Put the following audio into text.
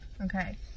Okay